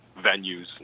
venues